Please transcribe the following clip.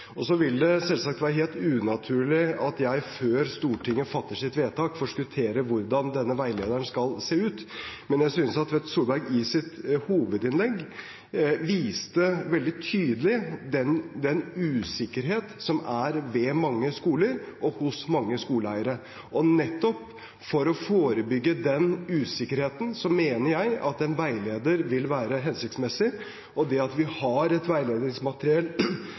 vil selvsagt være helt unaturlig at jeg før Stortinget fatter sitt vedtak, forskutterer hvordan denne veilederen skal se ut, men jeg synes at Tvedt Solberg i sitt hovedinnlegg viste veldig tydelig den usikkerheten som er ved mange skoler og hos mange skoleeiere. Nettopp for å forebygge den usikkerheten mener jeg at en veileder vil være hensiktsmessig. Det at vi har et veiledningsmateriell